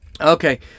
Okay